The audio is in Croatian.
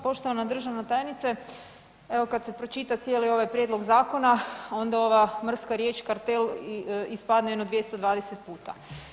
Poštovana državna tajnice, evo kad se pročita cijeli ovaj prijedlog zakona, onda ova mrska riječ „kartel“, ispadne jedno 220 puta.